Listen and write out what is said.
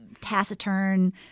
taciturn